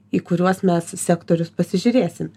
į kuriuos mes sektorius pasižiūrėsim